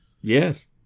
Yes